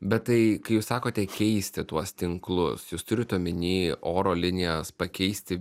bet tai kai jūs sakote keisti tuos tinklus jūs turit omeny oro linijas pakeisti